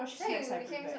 that's why you became so